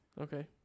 Okay